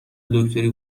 دکتری